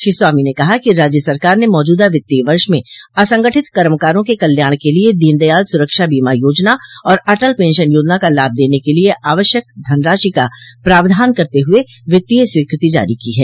श्री स्वामी ने कहा कि राज्य सरकार ने मौजूदा वित्तीय वर्ष में असंगठित कर्मकारों के कल्याण के लिए दीन दयाल सुरक्षा बीमा योजना और अटल पेंशन योजना का लाभ देने के लिए आवश्यक धनराशि का प्रावधान करते हुए वित्तीय स्वीकृति जारी की है